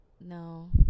No